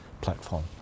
platform